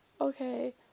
Okay